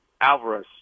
Alvarez